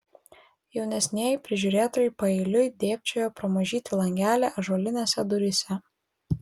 jaunesnieji prižiūrėtojai paeiliui dėbčiojo pro mažytį langelį ąžuolinėse duryse